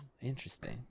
Interesting